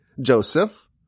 Joseph